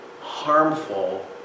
harmful